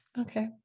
Okay